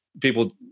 people